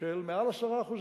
שמעל 10%,